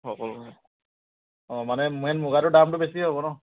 সকলো অঁ মানে মেইন মুগাটোৰ দামটো বেছি হ'ব ন